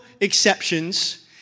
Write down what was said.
exceptions